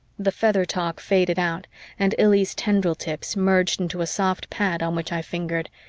the feather-talk faded out and illy's tendril tips merged into a soft pad on which i fingered,